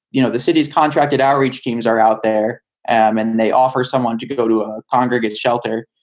you know, the city's contracted outreach teams are out there and they offer someone, you go to a congregate shelter.